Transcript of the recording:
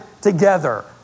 together